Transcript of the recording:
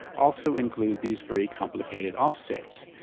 also include these very complicated offsets.